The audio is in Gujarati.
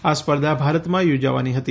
આ સ્પર્ધા ભારતમાં યોજાવાની હતી